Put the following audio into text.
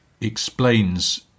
explains